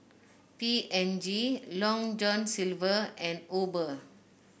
P and G Long John Silver and Uber